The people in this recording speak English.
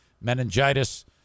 meningitis